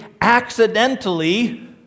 accidentally